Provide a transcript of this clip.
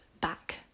back